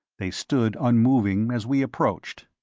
they stood unmoving as we approached.